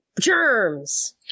germs